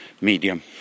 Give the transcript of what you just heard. medium